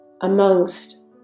amongst